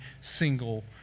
single